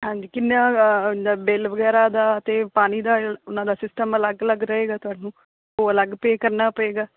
ਹਾਂਜੀ ਕਿੰਨਾ ਉਹਦਾ ਬਿੱਲ ਵਗੈਰਾ ਦਾ ਅਤੇ ਪਾਣੀ ਦਾ ਉਹਨਾਂ ਦਾ ਸਿਸਟਮ ਅਲੱਗ ਅਲੱਗ ਰਹੇਗਾ ਤੁਹਾਨੂੰ ਉਹ ਅਲੱਗ ਪੇ ਕਰਨਾ ਪਵੇਗਾ